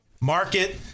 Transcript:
market